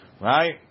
right